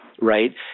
Right